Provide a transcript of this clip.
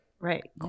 Right